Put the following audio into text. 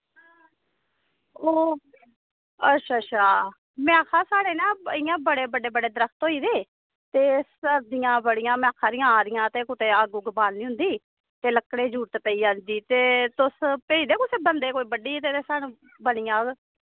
ओह् अच्छा अच्छा में आक्खेआ साढ़े ना इंया बड़े बड्डे बड्डे दरख्त होई गेदे ते सब्ज़ियां बड़ियां आवा दियां ते मे आवां दियां ते कुतै अग्ग बालनी होंदी ते लकड़ी दी जरूरत पेई जंदी ते तुस भेजदे कुसै बंदे गी दे स्हानू बनी जाह्ग